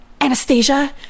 anastasia